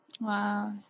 wow